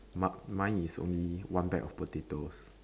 my~ mine is only one bag of potatoes